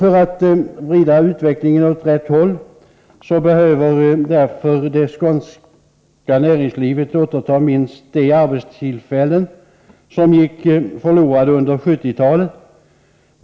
För att vrida utvecklingen åt rätt håll behöver det skånska näringslivet återta minst de arbetstillfällen som gick förlorade under 1970-talet.